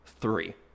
three